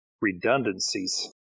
redundancies